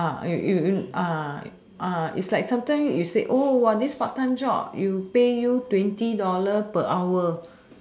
ah you you ah it's like sometime you say oh this part time job you pay you twenty dollar per hour